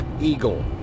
Eagle